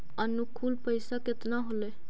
अनुकुल पैसा केतना होलय